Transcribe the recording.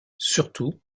surtout